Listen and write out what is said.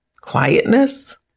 quietness